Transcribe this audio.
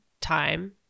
time